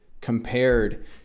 compared